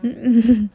mm